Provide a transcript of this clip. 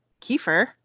kefir